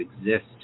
exist